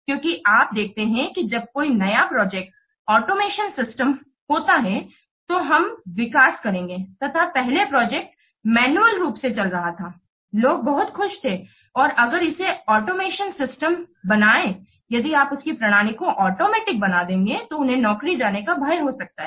क्योंकि आप देखते हैं कि जब कोई नया प्रोजेक्ट ऑटोमेशन सिस्टम होता है तो हम विकास करेंगे तथा पहले प्रोजेक्ट मैन्युअल रूप से चल रही थी लोग बहुत खुश थे और अगर इसे ऑटोमेशन सिस्टम बनाएं यदि आप उनकी प्रणाली को ऑटोमेटिक बना देंगे तो उन्हें नौकरी जने का भय हो सकता है